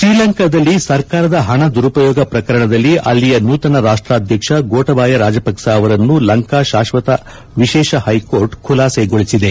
ಶ್ರೀಲಂಕಾದಲ್ಲಿ ಸರ್ಕಾರದ ಹಣ ದುರುಪಯೋಗ ಪ್ರಕರಣದಲ್ಲಿ ಅಲ್ಲಿಯ ನೂತನ ರಾಷ್ಟಾಧ್ಯಕ್ಷ ಗೋಟಬಯ ರಾಜಪಕ್ಸ ಅವರನ್ನು ಲಂಕಾ ಶಾಶ್ವತ ವಿಶೇಷ ಹೈಕೋರ್ಟ್ ಖುಲಾಸೆಗೊಳಿಸಿದೆ